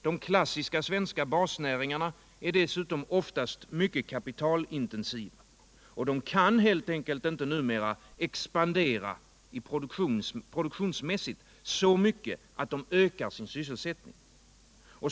De klassiska svenska basnäringarna är dessutom oftast mycket kapitalintensiva, och de kan helt enkelt inte expandera produktionsmässigt så mycket att de ökar sin sysselsättning.